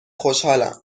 خوشحالم